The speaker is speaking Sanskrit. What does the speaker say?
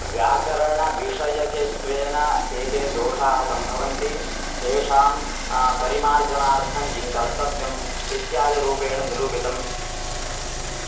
व्याकरणविषयकत्वेन के के दोषाः सम्भवन्ति तेषां परिमार्जनार्थं किं कर्तव्यम् इत्यादिरूपेण निरूपितं